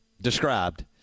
described